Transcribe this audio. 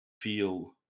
feel